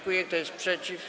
Kto jest przeciw?